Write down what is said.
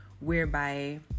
whereby